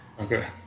Okay